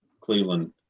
Cleveland